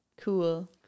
Cool